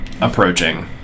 approaching